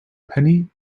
penny